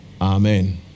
amen